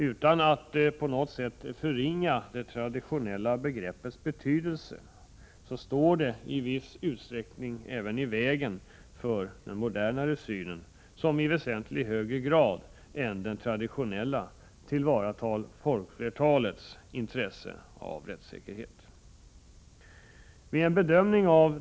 Utan att på något sätt förringa det traditionella begreppets betydelse måste man ändå inse att det i viss utsträckning står i vägen för den modernare synen som i väsentligt högre grad än den traditionella tillvaratar folkflertalets intresse av rättssäkerhet.